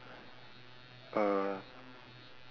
uh